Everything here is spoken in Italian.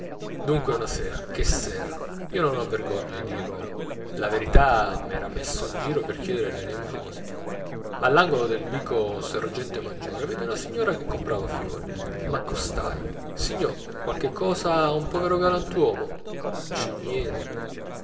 dunque una sera che sera io non ho vergogna di dirvelo le verità m'era messo in giro per chiedere elemosina all'angolo del vico sergente maggiore vedo una signora che comprava fiori m'accostai signò qualche cosa a un povero galantuomo non c'è niente